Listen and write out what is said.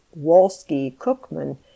Wolski-Cookman